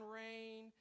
rain